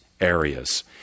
areas